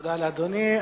תודה לאדוני.